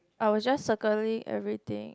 I was just circling everything